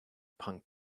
punk